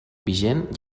vigent